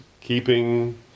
keeping